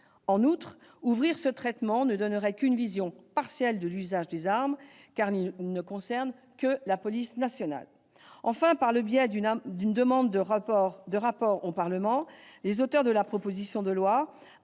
De plus, ouvrir ce traitement ne donnerait qu'une vision partielle de l'usage des armes, car il ne concerne que la police nationale. Enfin, par le biais d'une demande de rapport au Parlement, les auteurs de la proposition de loi